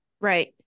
Right